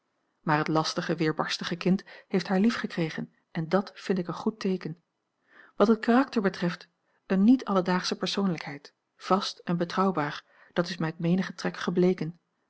maar het lastige weerbarstige kind heeft haar liefgekregen en dàt vind ik een goed teeken wat het karakter betreft eene niet alledaagsche persoonlijkheid vast en betrouwbaar dat is mij uit menigen trek gebleken